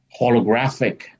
holographic